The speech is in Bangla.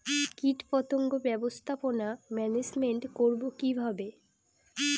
কীটপতঙ্গ ব্যবস্থাপনা ম্যানেজমেন্ট করব কিভাবে?